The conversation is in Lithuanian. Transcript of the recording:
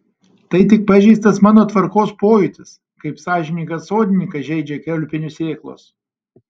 tai tik pažeistas mano tvarkos pojūtis kaip sąžiningą sodininką žeidžia kiaulpienių sėklos